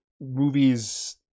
movies